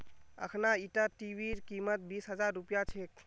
अखना ईटा टीवीर कीमत बीस हजार रुपया छेक